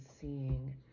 seeing